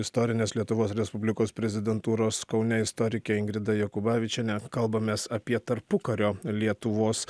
istorinės lietuvos respublikos prezidentūros kaune istorike ingrida jakubavičiene kalbamės apie tarpukario lietuvos